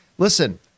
Listen